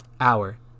hour